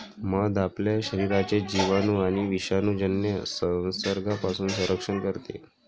मध आपल्या शरीराचे जिवाणू आणि विषाणूजन्य संसर्गापासून संरक्षण करते